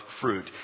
fruit